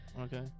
Okay